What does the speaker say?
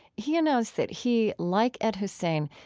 he announced that he, like ed husain,